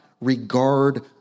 regard